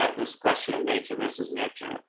ah this question of nature versus nurture